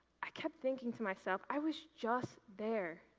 i kept thinking to myself, i was just there.